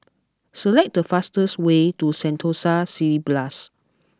select the fastest way to Sentosa Cineblast